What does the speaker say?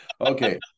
Okay